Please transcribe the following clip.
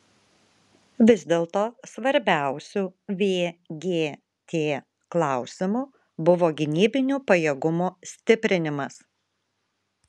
vis dėlto svarbiausiu vgt klausimu buvo gynybinių pajėgumų stiprinimas